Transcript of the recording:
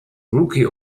rookie